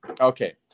Okay